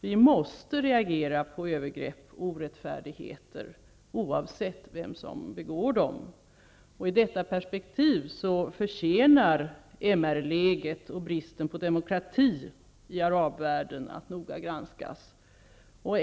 Vi måste reagera på övergrepp och orättfärdigheter oavsett vem som begår dem. I detta perspektiv förtjänar mr-läget och bristen på demokrati i arabvärlden att noga granskas.